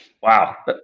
Wow